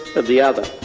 of the other.